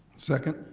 second.